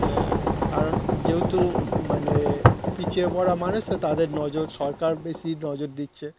হ্যাঁ কারণ যেহেতু মানে পিছিয়ে পড়া মানুষ তো তাদের নজর সরকার বেশি নজর দিচ্ছে